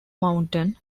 mountain